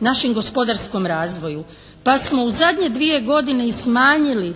našem gospodarskom razvoju? Pa smo u zadnje dvije godine i smanjili